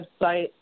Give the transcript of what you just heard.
website